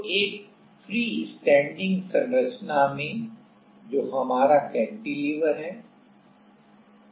तो एक फ्रीस्टैंडिंग संरचना में जो हमारा कैंटिलीवर है